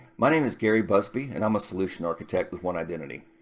my name is gary busby, and i'm a solution architect with one identity.